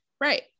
Right